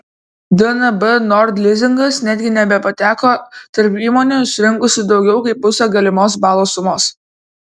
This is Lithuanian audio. dnb nord lizingas netgi nebepateko tarp įmonių surinkusių daugiau kaip pusę galimos balų sumos